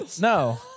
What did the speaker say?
no